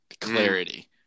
clarity